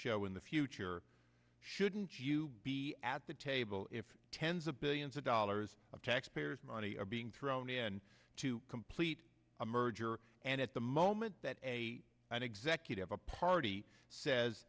show in the future shouldn't you be at the table if tens of billions of dollars of taxpayers money are being thrown in to complete a merger and at the moment that a an executive a party says